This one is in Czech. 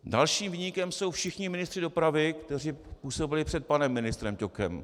Dalším viníkem jsou všichni ministři dopravy, kteří působili před panem ministrem Ťokem.